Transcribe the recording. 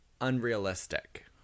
unrealistic